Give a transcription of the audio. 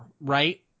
right